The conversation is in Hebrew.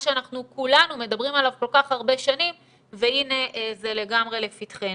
שאנחנו כולנו מדברים עליו כל כך הרבה שנים והנה זה לגמרי לפתחנו.